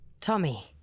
Tommy